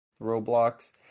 Roblox